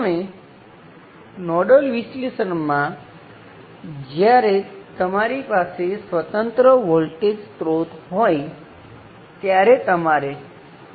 હવે આપણે અગાઉ કહ્યું હતું કે તમારી પાસે સમાંતરમાં વોલ્ટેજ સ્ત્રોતો હોઈ શકે નહીં જો તેમના મૂલ્ય સમાન ન હોય